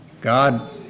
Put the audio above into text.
God